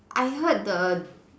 I heard the